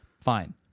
Fine